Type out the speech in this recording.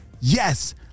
Yes